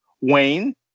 Wayne